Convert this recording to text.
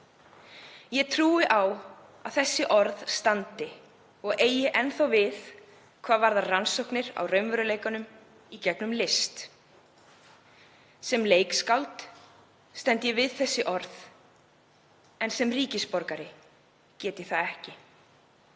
Ég trúi á að þessi orð standi og eigi enn þá við hvað varðar rannsóknir á raunveruleikanum í gegnum list. Sem leikskáld stend ég við þessi orð en sem ríkisborgari get ég það ekki.